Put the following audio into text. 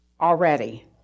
already